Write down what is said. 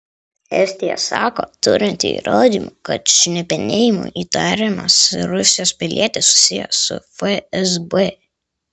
estija sako turinti įrodymų kad šnipinėjimu įtariamas rusijos pilietis susijęs su fsb